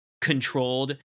controlled